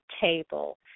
table